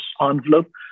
envelope